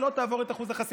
שלא תעבור את אחוז החסימה.